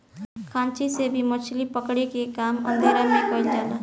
खांची से भी मछली पकड़े के काम अंधेरा में कईल जाला